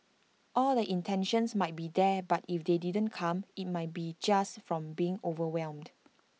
all the intentions might be there but if they didn't come IT might be just from being overwhelmed